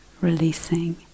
releasing